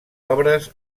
obres